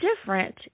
different